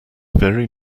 very